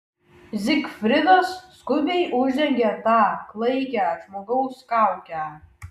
zigfridas skubiai uždengė tą klaikią žmogaus kaukę